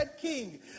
king